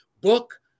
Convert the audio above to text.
book